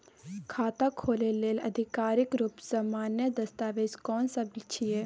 खाता खोले लेल आधिकारिक रूप स मान्य दस्तावेज कोन सब छिए?